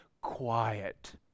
quiet